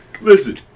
Listen